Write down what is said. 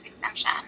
exemption